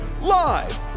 Live